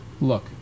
Look